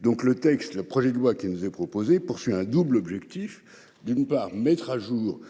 Donc le texte. Le projet de loi qui nous est proposé, poursuit un double objectif, d'une part, mettre à jour.